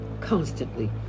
Constantly